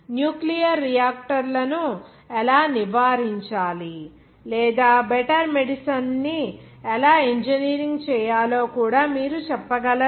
nuclear reactor లను ఎలా నివారించాలి లేదా బెటర్ మెడిసిన్ ని ఎలా ఇంజనీరింగ్ చేయాలో కూడా మీరు చెప్పగలరా